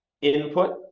input